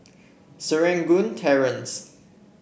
Serangoon Terrace